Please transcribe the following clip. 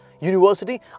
University